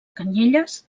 canyelles